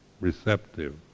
receptive